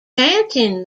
chanting